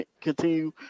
continue